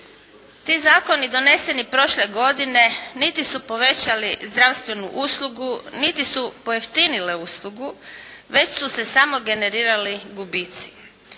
Ti zakonu doneseni prošle godine niti su povećali zdravstvenu uslugu, niti su pojeftinile uslugu već su se samo generirali gubici.